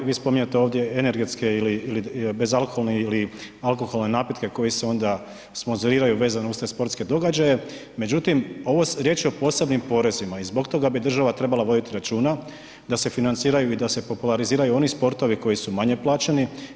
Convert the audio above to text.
Vi spominjete energetske ili bezalkoholne ili alkoholne napitke koji se onda sponzoriraju vezano uz te sportske događaje, međutim riječ je o posebnim porezima i zbog toga bi država trebala voditi računa da se financiraju i populariziraju oni sportovi koji su manje plaćeni.